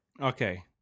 Okay